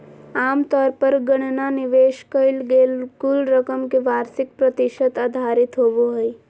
आमतौर पर गणना निवेश कइल गेल कुल रकम के वार्षिक प्रतिशत आधारित होबो हइ